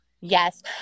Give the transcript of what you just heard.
yes